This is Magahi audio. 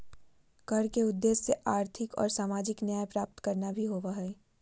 कर के उद्देश्य आर्थिक और सामाजिक न्याय प्राप्त करना भी होबो हइ